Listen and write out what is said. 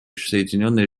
соединенные